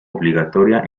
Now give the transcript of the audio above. obligatoria